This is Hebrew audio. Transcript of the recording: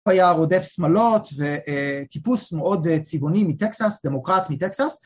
היה רודף שמלות וטיפוס מאוד צבעוני מטקסס, דמוקרט מטקסס